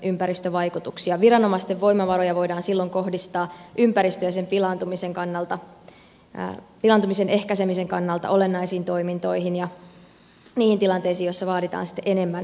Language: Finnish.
viranomaisten voimavaroja voidaan silloin kohdistaa ympäristön ja sen pilaantumisen ehkäisemisen kannalta olennaisiin toimintoihin ja niihin tilanteisiin joissa vaaditaan enemmän harkintaa